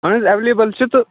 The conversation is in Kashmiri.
اَہَن حظ ایٚویلیبُل چھُ تہٕ